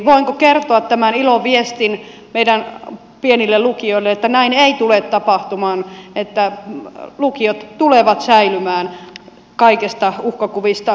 voinko kertoa tämän iloviestin meidän pienille lukioille että näin ei tule tapahtumaan ja että lukiot tulevat säilymään kaikista uhkakuvista huolimatta